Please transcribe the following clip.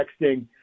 texting